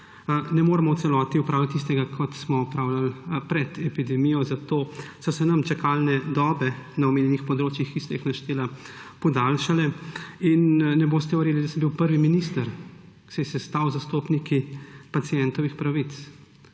ne moremo v celoti opravljati tistega, kar smo opravljali pred epidemijo, zato so se nam čakalne dobe na omenjenih področjih, ki ste jih našteli, podaljšale. Ne boste verjeli, jaz sem bil prvi minister, ki se je sestal z zastopniki pacientovih pravic,